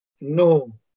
No